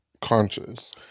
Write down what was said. Conscious